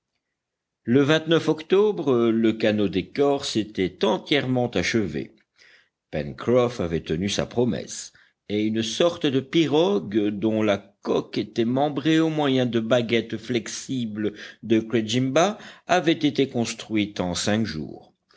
le octobre le canot d'écorce était entièrement achevé pencroff avait tenu sa promesse et une sorte de pirogue dont la coque était membrée au moyen de baguettes flexibles de crejimba avait été construite en cinq jours